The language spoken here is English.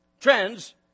trends